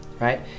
right